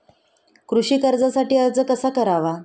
कृषी कर्जासाठी अर्ज कसा करावा?